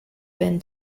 been